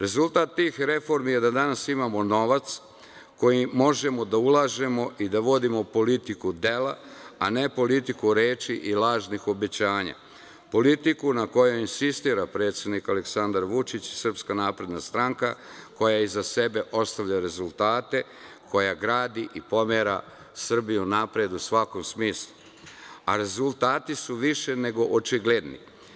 Rezultat tih reformi je da danas imamo novac koji možemo da ulažemo i da vodimo politiku dela, a ne politiku reči i lažnih obećanja, politiku na kojoj insistira predsednik Aleksandar Vučić i SNS koja iza sebe ostavlja rezultate, koja gradi i pomera Srbiju napred u svakom smislu, a rezultati su više nego očigledni.